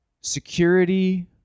security